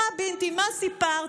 מה, בינתי, מי סיפרת?